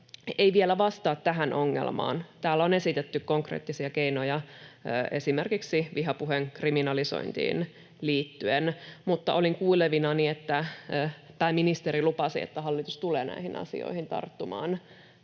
ei vielä vastaa tähän ongelmaan. Täällä on esitetty konkreettisia keinoja esimerkiksi vihapuheen kriminalisointiin liittyen, ja olin kuulevinani, että pääministeri lupasi, että hallitus tulee näihin asioihin tarttumaan.